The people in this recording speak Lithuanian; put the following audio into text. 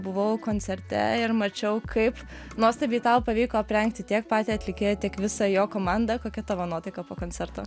buvau koncerte ir mačiau kaip nuostabiai tau pavyko aprengti tiek patį atlikėją tiek visą jo komanda kokia tavo nuotaika po koncerto